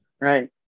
Right